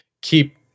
keep